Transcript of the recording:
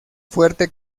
fuerte